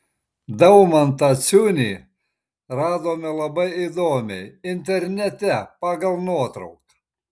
daumantą ciunį radome labai įdomiai internete pagal nuotrauką